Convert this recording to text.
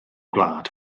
gwlad